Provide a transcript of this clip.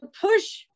push